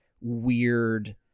weird